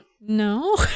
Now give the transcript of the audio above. No